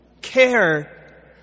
Care